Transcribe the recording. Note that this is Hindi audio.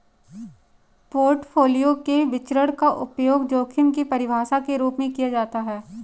पोर्टफोलियो के विचरण का उपयोग जोखिम की परिभाषा के रूप में किया जाता है